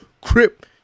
Crip